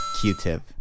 Q-Tip